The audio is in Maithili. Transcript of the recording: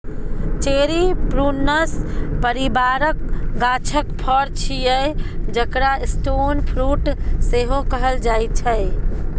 चेरी प्रुनस परिबारक गाछक फर छियै जकरा स्टोन फ्रुट सेहो कहल जाइ छै